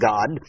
God